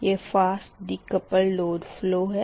यह fast decoupled load flow है